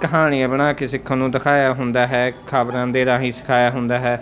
ਕਹਾਣੀਆਂ ਬਣਾ ਕੇ ਸਿੱਖਣ ਨੂੰ ਦਿਖਾਇਆ ਹੁੰਦਾ ਹੈ ਖ਼ਬਰਾਂ ਦੇ ਰਾਹੀਂ ਸਿਖਾਇਆ ਹੁੰਦਾ ਹੈ